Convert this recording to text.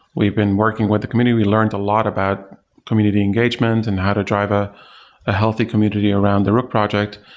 we've been working with the community. we learned a lot about community engagement and how to drive ah a healthy community around the rook project.